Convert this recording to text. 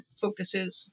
focuses